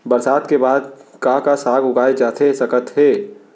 बरसात के बाद का का साग उगाए जाथे सकत हे?